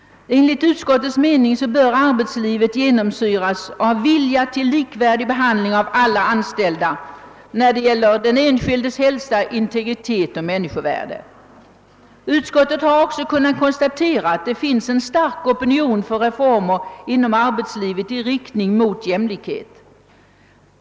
Enligt utskottets mening bör arbetslivet genomsyras av en vilja till likvärdig behandling av alla anställda när det gäller den enskildes hälsa, integritet och människovärde. Utskottet har också kunnat konstatera att det finns en stark opinion för reformer inom arbetslivet i riktning mot jämlikhet.